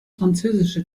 französische